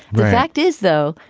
the fact is, though,